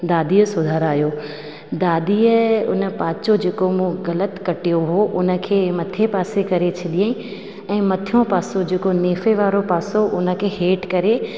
दादीअ सुधारियो दादीअ उन पाचो जेको मूं ग़लति कटियो हुओ उन खे मथे पासे करे छॾईं ऐं मथियो पासो जेको नेफे वारो पासो उन खे हेठि करे